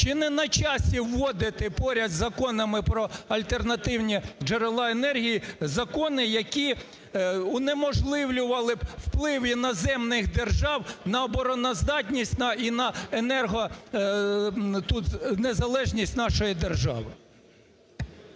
Чи не на часі вводити поряд з законами про альтернативні джерела енергії закони, які унеможливлювали б вплив іноземних держав на обороноздатність і на енергонезалежність нашої держави?